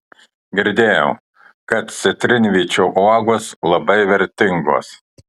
girdėjau kad citrinvyčio uogos labai vertingos